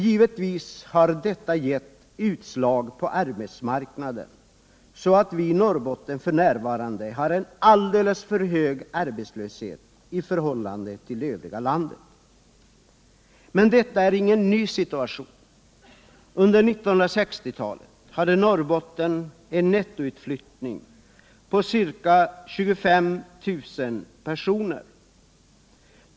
Givetvis har detta gett utslag på arbetsmarknaden så att vi i Norrbotten f. n. har en alldeles för hög arbetslöshet i förhållande till det övriga landet. Men detta är ingen ny situation. Under 1960-talet hade Norrbotten en nettoutflyttning på ca 25 000 personer.